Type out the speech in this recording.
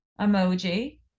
Emoji